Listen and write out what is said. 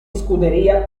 scuderia